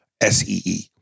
S-E-E